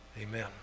amen